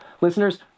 listeners